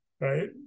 right